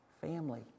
family